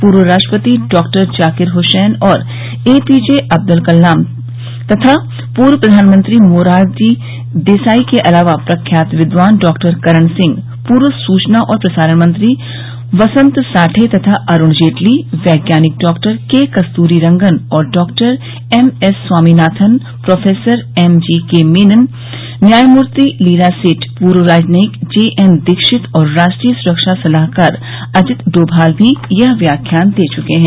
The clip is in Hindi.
पूर्व राष्ट्रपति डॉक्टर जाकिर हुसैन और A P J Abdul Kalam तथा पूर्व प्रधानमंत्री मोरारजी देसाई के अलावा प्रख्यात विद्वान डॉक्टर करण सिंह पूर्व सूचना और प्रसारण मंत्री वसंत साठे तथा अरूण जेटली वैज्ञानिक डॉक्टर के कस्तूरी रंगन और doctor M S Swaminathan professor M G K Menon न्यायमूर्ति लीला सेठ पूर्व राजनयिक जे एन दीक्षित और राष्ट्रीय सुरक्षा सलाहकार अजित डोभाल भी यह व्याख्यान दे चुके हैं